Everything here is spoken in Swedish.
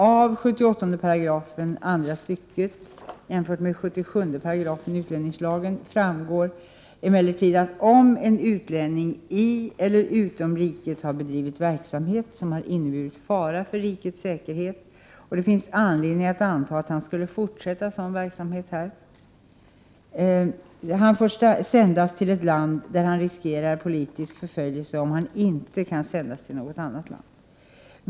Av 78 § andra stycket jämfört med 77 § utlänningslagen framgår emellertid, att om en utlänningi eller utom riket har bedrivit verksamhet som har inneburit fara för rikets säkerhet, och det finns anledning att anta att han skulle fortsätta sådan verksamhet här, får han sändas till ett land där han riskerar politisk förföljelse om han inte kan sändas till något annat land.